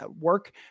work